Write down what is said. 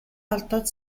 алдаад